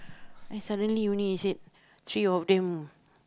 then suddenly only said three of them